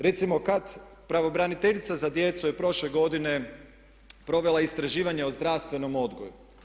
Recimo kad pravobraniteljica za djecu je prošle godine provela istraživanje o zdravstvenom odgoju.